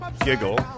giggle